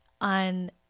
on